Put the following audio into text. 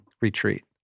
retreat